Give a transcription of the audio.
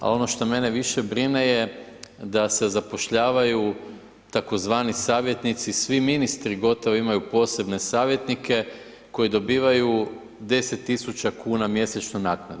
Ali ono što mene više brine je da se zapošljavaju tzv. savjetnici, svi ministri gotovo imaju posebne savjetnike koji dobivaju 10 tisuća kuna mjesečno naknade.